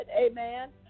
Amen